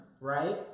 right